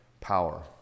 power